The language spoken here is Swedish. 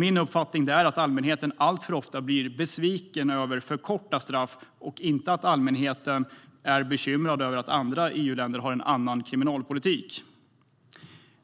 Min uppfattning är att allmänheten alltför ofta blir besviken över för korta straff och inte att allmänheten är bekymrad över att andra EU-länder har en annan kriminalpolitik.